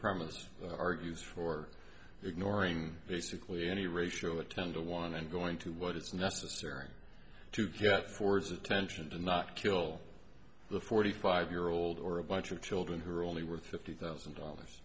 promise argues for ignoring basically any ratio a tender one and going to what is necessary to get forwards attention and not kill the forty five year old or a bunch of children who are only worth fifty thousand dollars